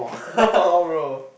all bro